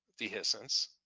dehiscence